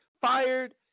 fired